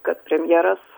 kad premjeras